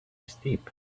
steep